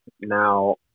Now